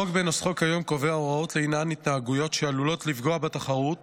החוק בנוסחו היום קובע הוראות לעניין התנהגויות שעלולות לפגוע בתחרות